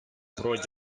pro